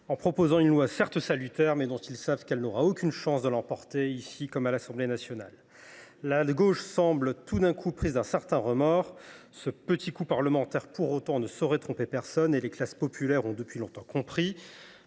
en proposant un texte certes salutaire, mais dont ils savent qu’il n’aura aucune chance de l’emporter, ici comme à l’Assemblée nationale. La gauche semble tout d’un coup prise d’un certain remords. Pour autant, ce petit coup parlementaire ne saurait tromper personne et les classes populaires ont compris depuis longtemps ce